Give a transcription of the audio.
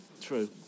True